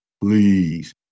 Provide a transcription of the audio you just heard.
Please